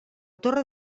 torre